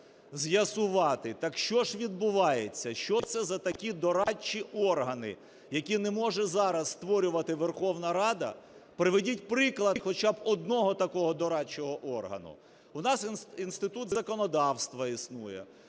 з'ясувати, так що ж відбувається, що це за такі дорадчі органи, які не може зараз створювати Верховна Рада, приведіть приклад хоча б одного такого дорадчого органу. У нас інститут законодавства існує.